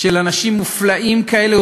של אנשים מופלאים כאלה,